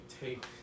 take